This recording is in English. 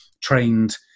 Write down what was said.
trained